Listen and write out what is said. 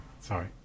Sorry